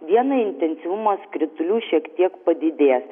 dieną intensyvumas kritulių šiek tiek padidės